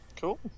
Cool